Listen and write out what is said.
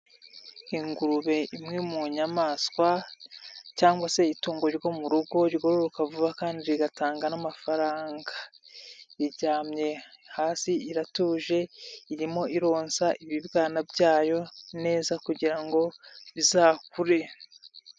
Ingurube imwe mu nyamaswa cyangwa se itungo ryo mu rugo ryororoka vuba kandi rigatanga n'amafaranga. iryamye hasi iratuje, irimo ironsa ibyana byayo neza, kugira bizakure.